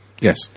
Yes